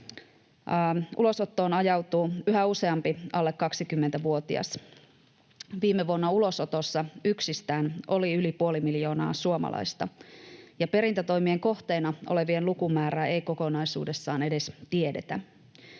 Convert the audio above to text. ulosottoon ajautuu yhä useampi alle 20-vuotias. Viime vuonna ulosotossa yksistään oli yli puoli miljoonaa suomalaista, ja perintätoimien kohteena olevien lukumäärää ei kokonaisuudessaan edes tiedetä.